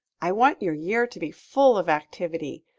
i want your year to be full of activity.